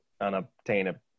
unobtainable